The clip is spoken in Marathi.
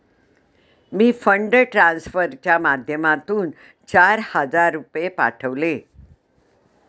मी फंड ट्रान्सफरच्या माध्यमातून चार हजार रुपये पाठवले